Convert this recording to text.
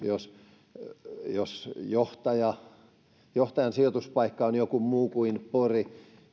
jos jos johtajan saati laitoksen sijoituspaikka on joku muu kuin pori